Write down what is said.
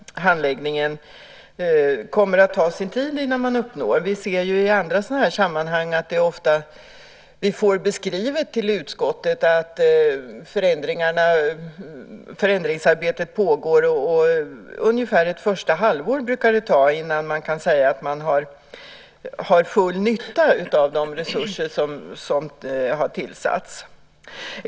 Det kommer att ta sin tid innan man uppnår effektivitet i handläggningen. Vi får i andra sammanhang beskrivet för utskottet att förändringsarbete pågår. Ungefär ett halvår brukar det ta innan man kan säga att man har full nytta av de resurser som har tillsatts.